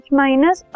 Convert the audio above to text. minus